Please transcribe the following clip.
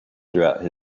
throughout